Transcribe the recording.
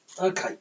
Okay